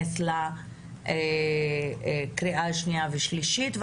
שייכנס לקריאה השנייה והשלישית.